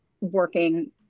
working